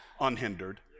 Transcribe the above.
unhindered